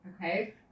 Okay